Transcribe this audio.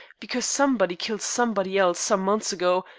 because somebody killed somebody else some months ago,